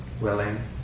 willing